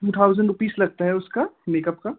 to thousand rupees लगता है उसका मेकअप का